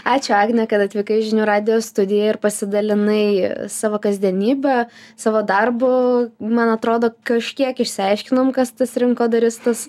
ačiū agne kad atvykai į žinių radijo studiją ir pasidalinai savo kasdienybe savo darbu man atrodo kažkiek išsiaiškinom kas tas rinkodaristas